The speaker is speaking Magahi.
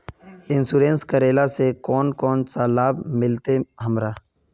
इंश्योरेंस करेला से कोन कोन सा लाभ मिलते हमरा?